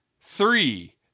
three